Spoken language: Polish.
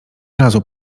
razu